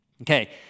Okay